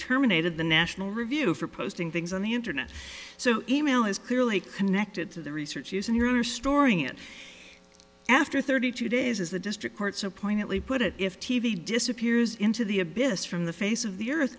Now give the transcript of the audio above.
terminated the national review for posting things on the internet so e mail is clearly connected to the research using your storing it after thirty two days is the district court so pointedly put it if t v disappears into the abyss from the face of the earth